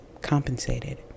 compensated